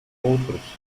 outros